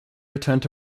returned